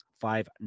five